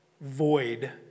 void